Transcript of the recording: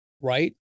right